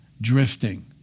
drifting